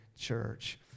church